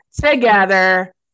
together